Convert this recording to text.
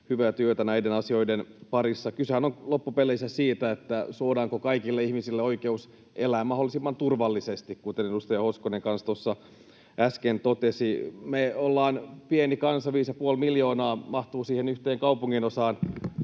hyvää työtä näiden asioiden parissa. Kysehän on loppupeleissä siitä, suodaanko kaikille ihmisille oikeus elää mahdollisimman turvallisesti, kuten edustaja Hoskonen kanssa tuossa äsken totesi. Me ollaan pieni kansa. Viisi ja puoli miljoonaa mahtuu yhteen kaupunginosaan